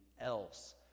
else